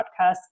podcast